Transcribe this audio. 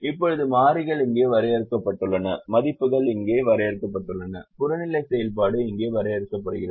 இப்போது மாறிகள் இங்கே வரையறுக்கப்பட்டுள்ளன மதிப்புகள் இங்கே வரையறுக்கப்பட்டுள்ளன புறநிலை செயல்பாடு இங்கே வரையறுக்கப்படுகிறது